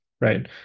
right